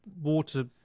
water